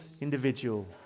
individual